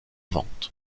vente